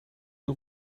ihr